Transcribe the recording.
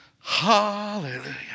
Hallelujah